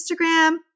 Instagram